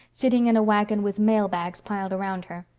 sitting in a wagon with mail bags piled around her.